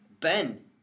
Ben